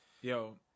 Yo